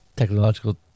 technological